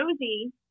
Rosie